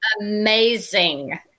amazing